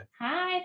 hi